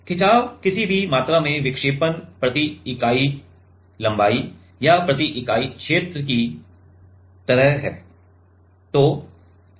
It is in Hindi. खिंचाव किसी भी मात्रा में विक्षेपण प्रति इकाई लंबाई या प्रति इकाई क्षेत्र की तरह है